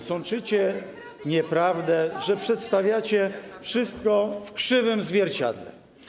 Sączycie nieprawdę, przedstawiacie wszystko w krzywym zwierciadle.